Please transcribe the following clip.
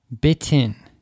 bitten